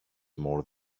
more